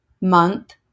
month